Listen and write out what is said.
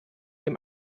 dem